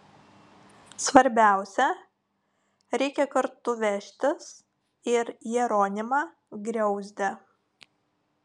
svarbiausia reikia kartu vežtis ir jeronimą griauzdę